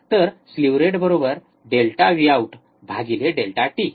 तर slew rate delta V out delta T